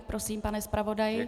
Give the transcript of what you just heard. Prosím, pane zpravodaji.